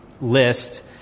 list